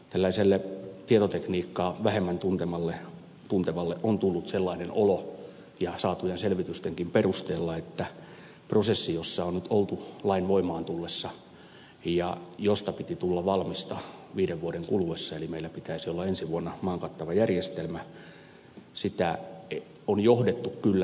tällaiselle tietotekniikkaa vähemmän tuntevalle on tullut sellainen olo saatujen selvitystenkin perusteella että prosessia jossa on oltu lain voimaan tullessa ja josta piti tulla valmista viiden vuoden kuluessa eli jossa meillä pitäisi olla ensi vuonna maan kattava järjestelmä on kyllä johdettu